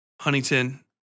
Huntington